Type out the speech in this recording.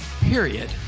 period